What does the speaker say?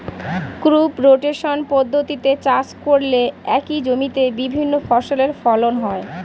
crop rotation পদ্ধতিতে চাষ করলে একই জমিতে বিভিন্ন ফসলের ফলন হয়